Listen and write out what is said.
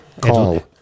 call